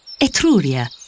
Etruria